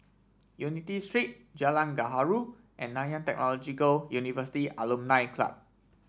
Unity Street Jalan Gaharu and Nanyang Technological University Alumni Club